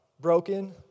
broken